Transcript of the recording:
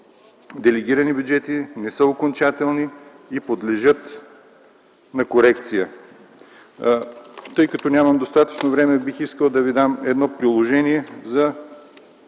делегирани бюджети не са окончателни и подлежат на корекция. Тъй като нямам достатъчно време, бих искал да Ви дам едно приложение за